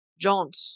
jaunt